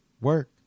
work